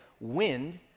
wind